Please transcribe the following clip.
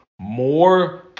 more